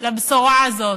לבשורה הזאת.